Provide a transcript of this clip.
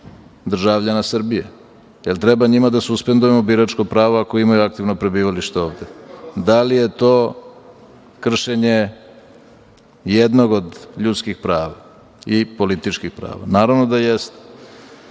državljana Srbije. Da li treba njima da suspendujemo biračko pravo ako imaju aktivno prebivalište ovde? Da li je to kršenje jednog od ljudskih prava i političkih prava? Naravno da jeste. Ne